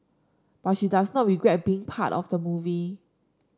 but she does not regret being part of the movie